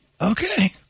Okay